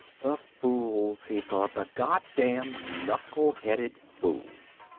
the fools, he thought, the goddam knuckle-headed fools!